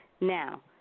Now